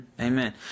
Amen